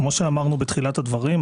כמו שאמרנו בתחילת הדברים,